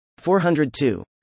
402